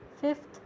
Fifth